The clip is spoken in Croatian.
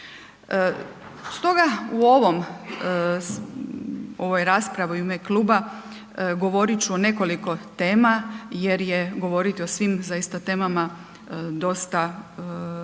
Stoga u ovom, ovoj raspravi u ime Kluba govorit ću o nekoliko tema jer je govoriti o svim zaista temama dosta bi bilo,